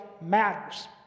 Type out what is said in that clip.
matters